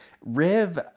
Riv